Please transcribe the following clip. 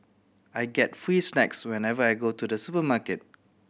I get free snacks whenever I go to the supermarket